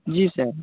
जी sir